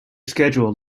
schedule